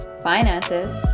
finances